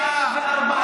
אמסלם,